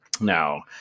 Now